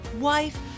wife